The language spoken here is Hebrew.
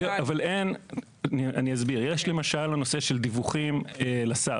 למשל נושא דיווחים לשר.